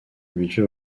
habitués